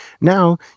Now